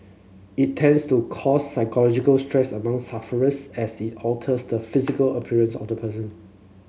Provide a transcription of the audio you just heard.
it tends to cause psychological stress among sufferers as it alters the physical appearance of the person